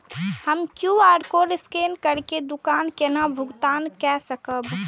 हम QR code scan करके दुकान केना भुगतान काय सकब?